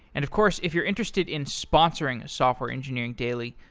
and of course, if you're interested in sponsoring software engineering daily,